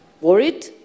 worried